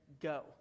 go